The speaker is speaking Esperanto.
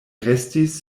restis